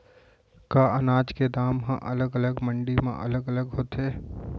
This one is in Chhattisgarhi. का अनाज के दाम हा अलग अलग मंडी म अलग अलग होथे?